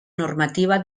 normativa